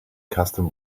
custom